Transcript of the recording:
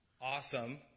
awesome